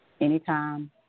anytime